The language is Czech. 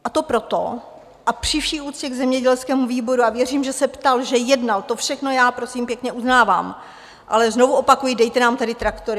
A to proto a při vší úctě k zemědělskému výboru a věřím, že se ptal, že jednal, to všechno já prosím pěkně uznávám ale znovu opakuji, dejte nám tedy traktory.